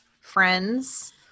Friends